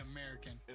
American